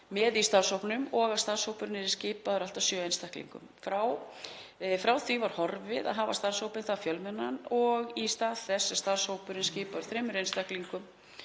með í starfshópnum og að starfshópurinn yrði skipaður allt að sjö einstaklingum. Frá því var horfið að hafa starfshópinn það fjölmennan og í stað þess er starfshópurinn skipaður þremur einstaklingum.